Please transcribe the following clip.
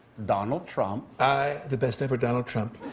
donald trump i, the best-ever donald trump.